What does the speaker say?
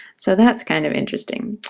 so that's kind of interesting.